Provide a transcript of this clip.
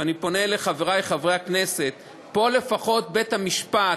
ואני פונה לחברי חברי הכנסת, פה לפחות בית-המשפט,